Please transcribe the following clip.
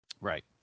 Right